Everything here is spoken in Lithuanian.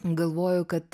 galvojau kad